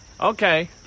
Okay